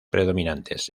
predominantes